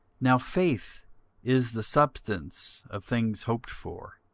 now faith is the substance of things hoped for,